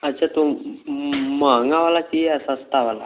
अच्छा तो महँगा वाला चाहिए या सस्ता वाला